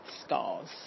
scars